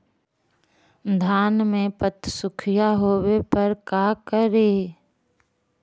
धान मे पत्सुखीया होबे पर का करि?